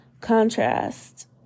contrast